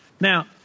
Now